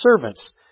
Servants